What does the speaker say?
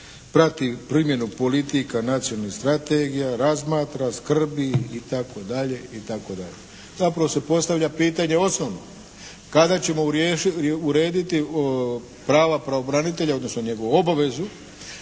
prati primjenu politika nacionalnih strategija, razmatra, skrbi itd. Zapravo se postavlja pitanje osnovno, kada ćemo urediti prava pravobranitelja odnosno njegovu obavezu